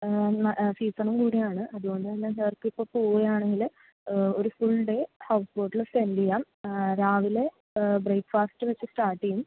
സീസണും കൂടിയാണ് അതുകൊണ്ടുതന്നെ സർക്കിപ്പം പോകുകയാണെങ്കിൽ ഒരു ഫുൾ ഡേ ഹൗസ്ബോട്ടിൽ സ്പെൻ്റ് ചെയ്യാം രാവിലെ ബ്രേക്ഫാസ്റ്റ് വച്ചു സ്റ്റാർട്ട് ചെയ്യും